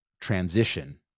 transition